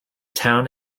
town